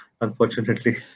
unfortunately